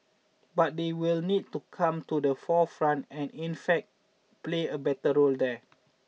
but they will need to come to the forefront and in fact play a better role there